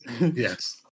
Yes